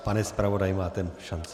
Pane zpravodaji, máte šanci.